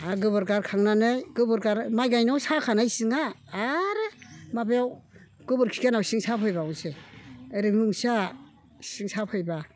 आर गोबोर गारखांनानै माइ गायनायाव साखानाय सिंआ आरो माबायाव गोबोरखि गारनायाव सिं साफै बावनोसै ओरै बुंसै आहा सिं साफैब्ला